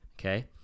okay